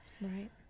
Right